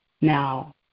Now